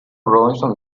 robinson